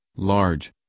large